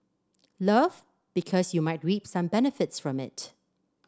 love because you might reap some benefits from it